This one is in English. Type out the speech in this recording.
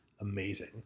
amazing